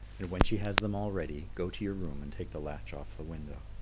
and when she has them all ready, go to your room and take the latch off the window.